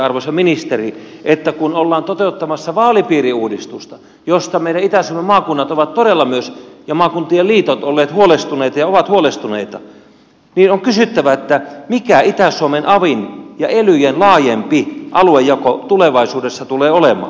arvoisa ministeri kun ollaan toteuttamassa vaalipiiriuudistusta josta meidän itä suomen maakunnat ovat todella myös ja maakuntien liitot olleet huolestuneita ja ovat huolestuneita niin on kysyttävä mikä itä suomen avin ja elyjen laajempi aluejako tulevaisuudessa tulee olemaan